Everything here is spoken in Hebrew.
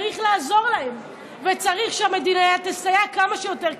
צריך לעזור להם וצריך שהמדינה תסייע כמה שיותר,